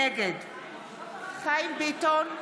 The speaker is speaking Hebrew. נגד חיים ביטון,